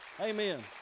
Amen